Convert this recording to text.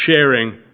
sharing